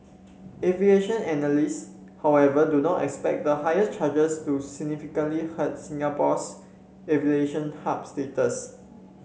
aviation analysts however do not expect the higher charges to significantly hurt Singapore's aviation hub status